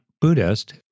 Buddhist